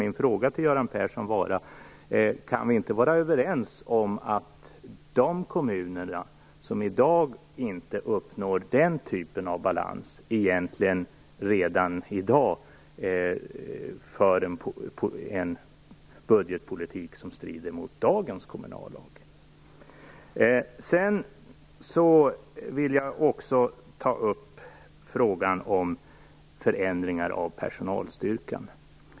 Min fråga till Göran Persson är följande: Kan vi inte vara överens om att de kommuner som i dag inte uppnår den typen av balans egentligen redan i dag för en budgetpolitik som strider mot dagens kommunallag? Jag vill också ta upp frågan om förändringar av personalstyrkan.